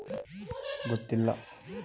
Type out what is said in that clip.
ಬೊಲ್ವರ್ಮ್ನಿಂದ ಬೆಳೆಗೆ ನಷ್ಟವಾಗುತ್ತ?